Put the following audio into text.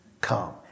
come